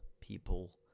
people